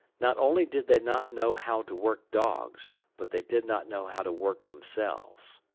not only did they not know how to work dogs, but they did not know how to work themselves.